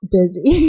busy